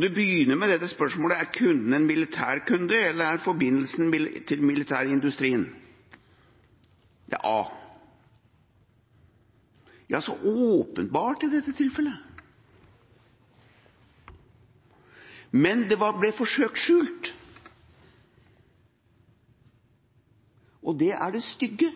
Det begynner med spørsmålet – dette er A: «Er kunden en militær kunde eller har forbindelse med militærindustrien?» Ja, så åpenbart i dette tilfellet. Men det ble forsøkt skjult, og det er det stygge.